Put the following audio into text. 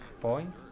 point